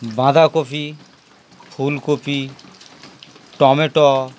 বাঁধাকপি ফুলকপি টমেটো